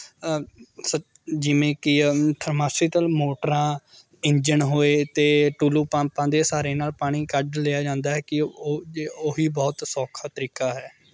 ਸ ਜਿਵੇਂ ਕਿ ਫਰਮਾਸੀਤਲ ਮੋਟਰਾਂ ਇੰਜਣ ਹੋਏ ਅਤੇ ਟੁੱਲੂ ਪੰਪਾਂ ਦੇ ਸਹਾਰੇ ਨਾਲ ਪਾਣੀ ਕੱਢ ਲਿਆ ਜਾਂਦਾ ਹੈ ਕਿ ਉਹ ਜੇ ਉਹੀ ਬਹੁਤ ਸੌਖਾ ਤਰੀਕਾ ਹੈ